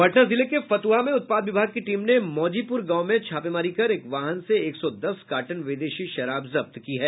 पटना जिले के फत्हा में उत्पाद विभाग की टीम ने मौजीपूर गांव में छापेमारी कर एक वाहन से एक सौ दस कार्टन विदेशी शराब जब्त किया है